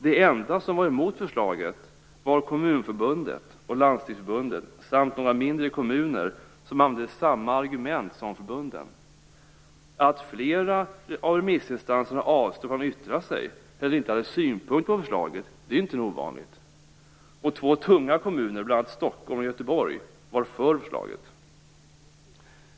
De enda som var emot förslaget var Kommunförbundet och Landstingsförbundet samt några mindre kommuner som använde samma argument som förbunden. Att flera av remissinstanserna avstod från att yttra sig eller inte hade synpunkter på förslaget är inte något ovanligt. Bl.a. var två tunga kommuner, Stockholm och Göteborg, för förslaget.